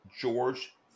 George